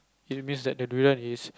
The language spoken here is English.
it means that the durian is